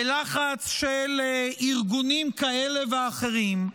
בלחץ של ארגונים כאלה ואחרים,